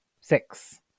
six